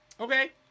Okay